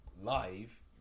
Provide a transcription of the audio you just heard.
live